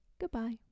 Goodbye